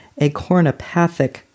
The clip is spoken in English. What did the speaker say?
acornopathic